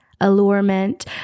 allurement